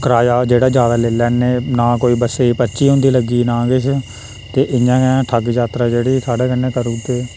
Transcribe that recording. कराया जेह्ड़ा ज्यादा लेई लैंदे नां कोई बस्सै पर्ची होंदी लग्गी दी नां किश ते इ'यां गै ठग यात्रा जेह्ड़ी साढ़े कन्नै करुदे